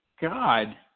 God